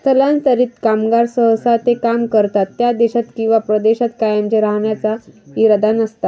स्थलांतरित कामगार सहसा ते काम करतात त्या देशात किंवा प्रदेशात कायमचे राहण्याचा इरादा नसतात